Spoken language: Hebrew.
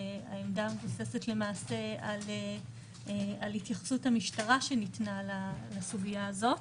העמדה מבוססת למעשה על התייחסות המשטרה שניתנה לסוגיה הזאת.